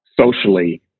Socially